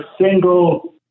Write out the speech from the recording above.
single